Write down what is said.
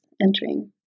entering